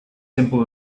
simple